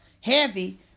heavy